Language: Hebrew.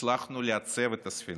הצלחנו לייצב את הספינה.